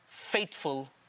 Faithful